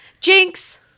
Jinx